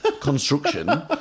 construction